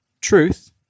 Truth